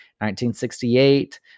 1968